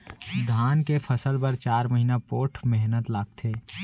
धान के फसल बर चार महिना पोट्ठ मेहनत लागथे